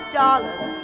dollars